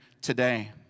today